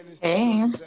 hey